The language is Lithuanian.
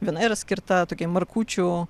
viena yra skirta tokiai markučių